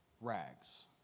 rags